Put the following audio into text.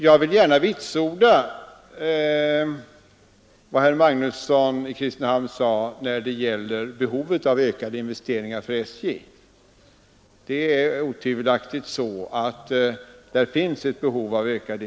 Jag vill gärna vitsorda vad herr Magnusson i Kristinehamn sade när det gäller behovet av ökade investeringar för SJ. Det finns otvivelaktigt ett sådant behov.